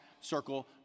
circle